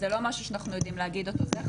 אז זה לא משהו שאנחנו יודעים להגיד אותו.